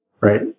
Right